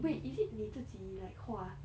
wait is it 你自己 like 画